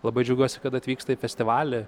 labai džiaugiuosi kad atvyksta į festivalį